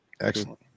Excellent